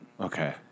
Okay